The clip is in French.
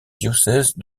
diocèse